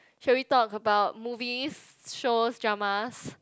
shall we talk about movies shows dramas